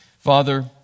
Father